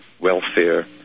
welfare